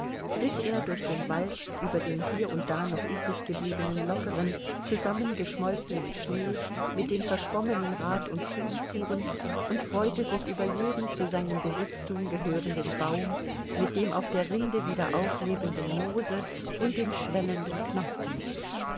ritt er durch den wald über den hier und da noch übrig gebliebenen lockeren zusammengeschmolzenen schnee mit den verschwommenen rad und fußspuren und freute sich über jeden zu seinem besitztum gehörenden baum mit dem auf der rinde wieder auflebenden moose und den schwellenden knospen